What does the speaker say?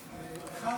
מס'